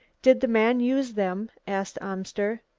did the man use them? asked amster.